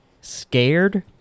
scared